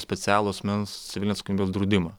specialų asmens civilinės draudimą